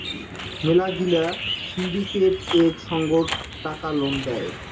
মেলা গিলা সিন্ডিকেট এক সঙ্গত টাকা লোন দেয়